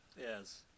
Yes